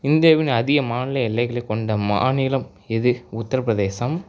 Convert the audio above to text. இந்தியாவின் அதிக மாநில எல்லைகளை கொண்ட மாநிலம் எது உத்தரப் பிரதேசம்